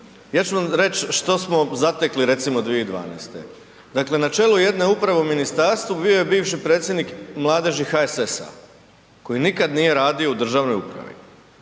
Ja ću vam reć što smo zatekli recimo 2012. Dakle, na čelu jedne uprave u ministarstvu bio je bivši predsjednik mladeži HSS-a koji nikad nije radio u državnoj upravi.